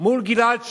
מול גלעד שליט,